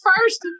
first